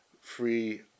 free